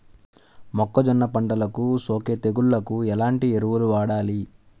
మొక్కజొన్న పంటలకు సోకే తెగుళ్లకు ఎలాంటి ఎరువులు వాడాలి?